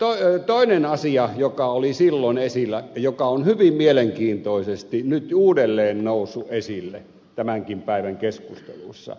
sitten toinen asia joka oli silloin esillä joka on hyvin mielenkiintoisesti nyt uudelleen noussut esille tämänkin päivän keskusteluissa